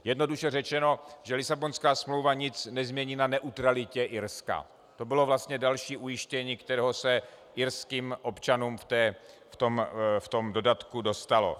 Jednoduše řečeno, že Lisabonská smlouva nic nezmění na neutralitě Irska, to bylo vlastně další ujištění, kterého se irským občanům v tom dodatku dostalo.